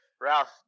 Ralph